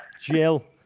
Jill